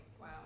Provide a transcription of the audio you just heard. Wow